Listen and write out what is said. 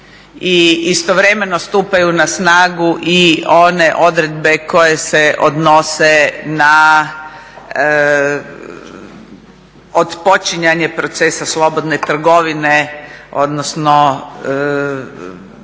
istovremeno stupaju na snagu i one odredbe koje se odnose na otpočinjanje procesa slobodne trgovine, odnosno